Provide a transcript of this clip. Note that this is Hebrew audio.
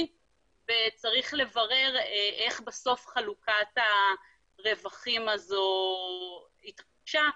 וצריך לברר איך בסוף חלוקת הרווחים הזו התרחשה.